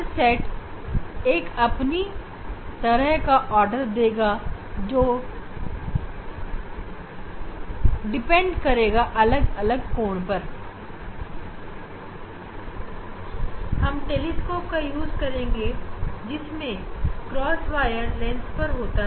हर set एक अपनी तरह का ऑर्डर देगा जो अलग अलग कोड पर निर्भर करेगा